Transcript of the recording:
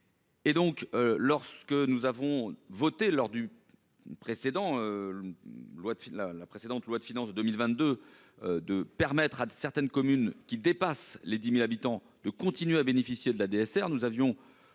Et donc, lorsque nous avons voté lors du précédent loi de fil à la précédente loi de finances 2022, de permettre à certaines communes qui dépasse les 10000 habitants de continuer à bénéficier de la DSR, nous avions